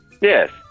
Yes